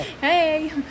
Hey